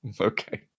Okay